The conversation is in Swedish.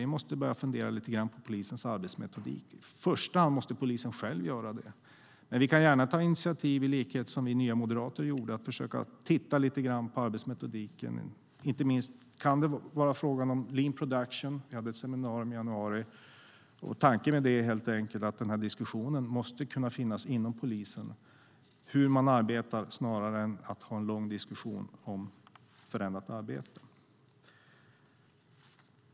Vi måste börja fundera lite på polisens arbetsmetoder. I första hand måste polisen själv göra det, men vi kan gärna ta initiativ i likhet med vad vi i Nya Moderaterna gjorde och börja titta lite på arbetsmetoderna. Det kan vara fråga om lean production, som vi hade ett seminarium om i januari. Tanken med det är helt enkelt att det måste kunna finnas inom polisen en diskussion om hur man arbetar snarare än att ha en lång diskussion om ett förändrat arbete.